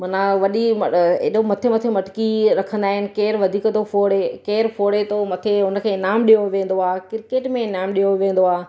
माना वॾी म अ एॾो मथे मथे मटकी रखंदा आहिनि केरु वधीक थो फोड़े केरु फोड़े थो मथे हुनखे इनाम ॾिनो वेंदो आहे क्रिकेट में इनाम ॾिनो वेंदो आहे